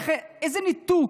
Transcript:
איזה ניתוק.